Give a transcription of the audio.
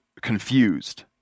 confused